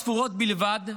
בתוך שעות ספורות בלבד,